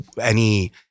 any-